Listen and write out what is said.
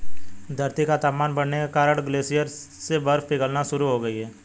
धरती का तापमान बढ़ने के कारण ग्लेशियर से बर्फ पिघलना शुरू हो गयी है